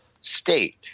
state